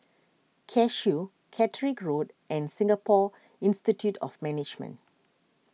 Cashew Catterick Road and Singapore Institute of Management